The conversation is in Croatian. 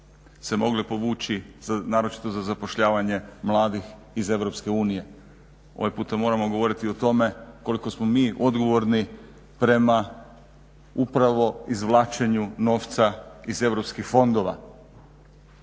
se mogle povući naročito za zapošljavanje mladih iz EU. Ovaj puta moramo govoriti i o tome koliko smo mi odgovorni prema upravo izvlačenju novca iz europskih fondova.